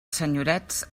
senyorets